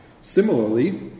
Similarly